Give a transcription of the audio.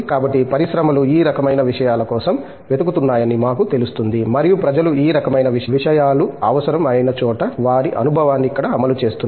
కాబట్టి పరిశ్రమలు ఈ రకమైన విషయాల కోసం వెతుకుతున్నాయని మాకు తెలుస్తుంది మరియు ప్రజలు ఈ రకమైన విషయాలు అవసరం అయిన చోట వారి అనుభవాన్ని ఇక్కడ అమలుచేస్తున్నారు